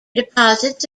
deposits